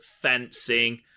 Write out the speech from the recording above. fencing